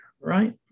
right